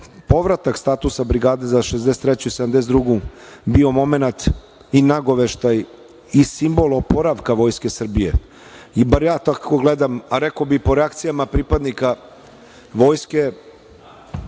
povratak statusa brigade za 63. i 72. bio momenat i nagoveštaj i simbol oporavka Vojske Srbije. Bar ja tako gledam. Rekao bih po reakcijama pripadnika Vojske